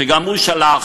שגם הוא שלח